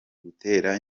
gutegura